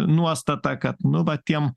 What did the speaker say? nuostata kad nu va tiem